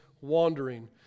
wandering